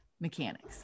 mechanics